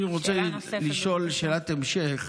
אני רוצה לשאול שאלת המשך.